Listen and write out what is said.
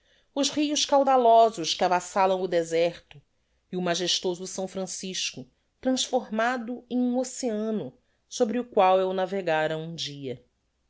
os rios caudalosos que avassalam o deserto e o magestoso s francisco transformado em um oceano sobre o qual eu navegara um dia